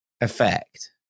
effect